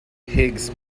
higgs